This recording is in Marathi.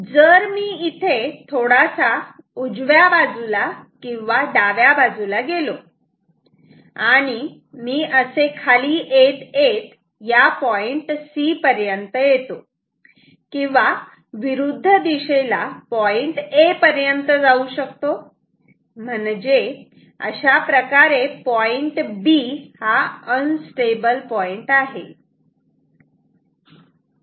जर मी इथे थोडासा उजव्या बाजूला किंवा डाव्या बाजूला गेलो आणि मी असे खाली येत येत या पॉईंट C पर्यंत येतो किंवा विरुद्ध दिशेला पॉईंट A पर्यंत जाऊ शकतो म्हणजे अशाप्रकारे पॉईंट B अनस्टेबल पॉईंट आहे